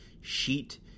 Sheet